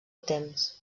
temps